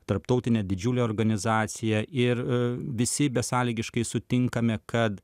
tarptautinę didžiulę organizaciją ir visi besąlygiškai sutinkame kad